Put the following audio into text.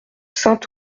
saint